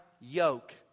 yoke